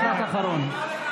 משפט אחרון.